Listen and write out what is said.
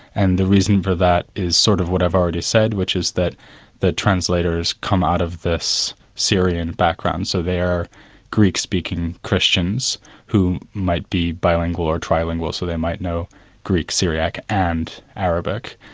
and the reason for that is sort of what i've already said which is that the translators come out of this syrian background, so they're greek-speaking christians who might be bilingual or trilingual, so they might know greek syriac and arabic.